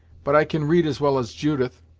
but i can read as well as judith.